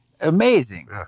amazing